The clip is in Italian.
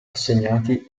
assegnati